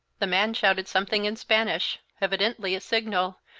the man shouted something in spanish, evidently a signal,